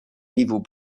rivaux